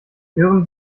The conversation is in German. hören